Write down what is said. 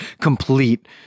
complete